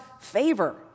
favor